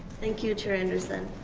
thank you chair anderson,